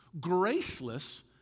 graceless